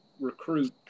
recruit